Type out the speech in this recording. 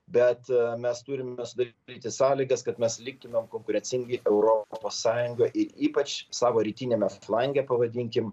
bet mes turime sudaryti sąlygas kad mes liktumėm konkurencingi europos sąjungoj ir ypač savo rytiniame flange pavadinkim